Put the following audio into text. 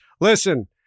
Listen